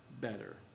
better